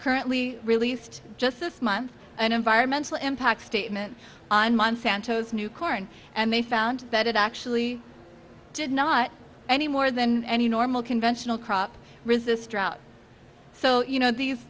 currently released just this month an environmental impact statement on month santo's new corn and they found that it actually did not any more than any normal conventional crop resists drought so you know these